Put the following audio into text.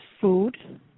food